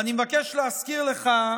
ואני מבקש להזכיר לך,